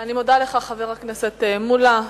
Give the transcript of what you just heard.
אני מודה לך, חבר הכנסת מולה.